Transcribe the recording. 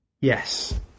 Yes